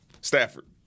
Stafford